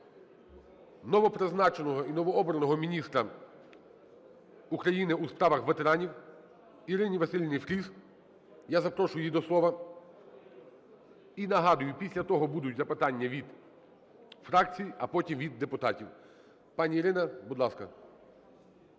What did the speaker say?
новопризначеного і новообраного міністра України у справах ветеранів – Ірини Василівни Фріз. Я запрошую її до слова. І нагадую, після того будуть запитання від фракцій, а потім – від депутатів. Пані Ірина, будь ласка.